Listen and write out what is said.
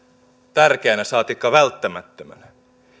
tärkeänä saatikka välttämättömänä